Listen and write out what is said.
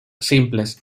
simples